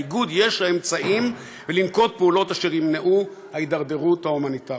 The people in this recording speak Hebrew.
לאיגוד יש האמצעים לנקוט פעולות אשר ימנעו את ההידרדרות ההומניטרית.